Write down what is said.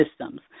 systems